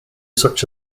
such